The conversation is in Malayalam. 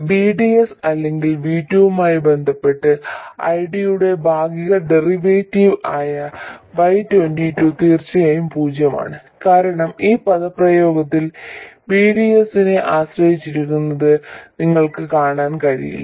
VDS അല്ലെങ്കിൽ V2 വുമായി ബന്ധപ്പെട്ട് ID യുടെ ഭാഗിക ഡെറിവേറ്റീവ് ആയ Y22 തീർച്ചയായും പൂജ്യമാണ് കാരണം ഈ പദപ്രയോഗത്തിൽ VDS നെ ആശ്രയിക്കുന്നത് നിങ്ങൾക്ക് കാണാൻ കഴിയില്ല